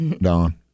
Don